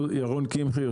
ירון קמחי,